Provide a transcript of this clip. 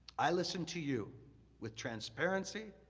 i listen to you with transparency